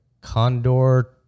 Condor